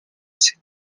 cet